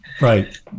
Right